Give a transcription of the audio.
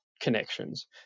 connections